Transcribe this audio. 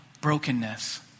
brokenness